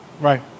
right